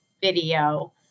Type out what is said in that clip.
video